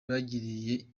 bagiriye